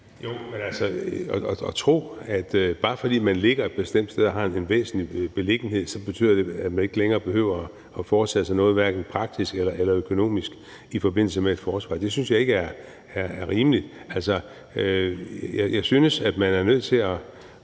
men altså, at tro, at bare fordi man ligger et bestemt sted og har en væsentlig beliggenhed, betyder det, at man ikke længere behøver at foretage sig noget, hverken praktisk eller økonomisk, i forbindelse med et forsvar, synes jeg ikke er rimeligt. Jeg synes, at man er nødt til at